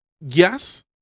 yes